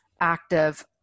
active